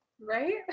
Right